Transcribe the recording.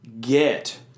get